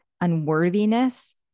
unworthiness